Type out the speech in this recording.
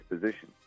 position